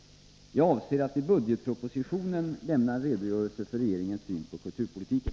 Jag avser att i budgetpropositionen lämna en redogörelse för regeringens syn på kulturpolitiken.